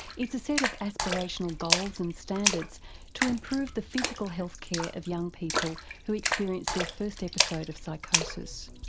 it's a set of aspirational goals and standards to improve the physical healthcare of young people who experienced their first episode of psychosis.